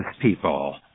people